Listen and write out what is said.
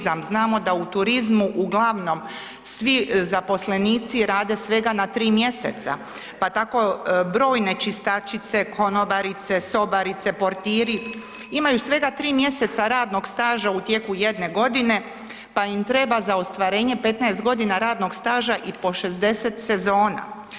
Znamo da u turizmu uglavnom svi zaposlenici rade svega na 3 mj. pa tako brojne čistačice, konobarice, portiri, imaju svega 3 mj. radnog staža u tijeku jedne godine pa im treba za ostvarenje 15 g. radnog staža i po 60 sezona.